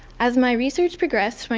as my research progressed,